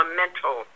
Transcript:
mental